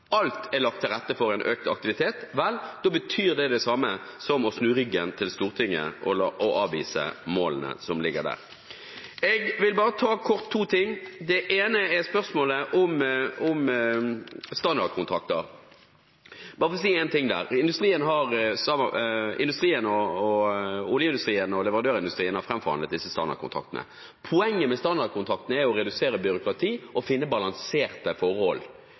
er lagt til rette for økt aktivitet, vel, da betyr det det samme som å snu ryggen til Stortinget og avvise målene som ligger der. Jeg vil kort ta to ting. Det ene er spørsmålet om standardkontrakter – og bare for å si én ting her, det er oljeindustrien og leverandørindustrien som har framforhandlet disse standardkontraktene. Poenget med standardkontraktene er å redusere byråkratiet og finne balanserte forhold.